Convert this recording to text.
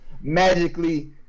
magically